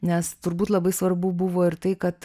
nes turbūt labai svarbu buvo ir tai kad